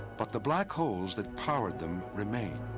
but the black holes that powered them remained.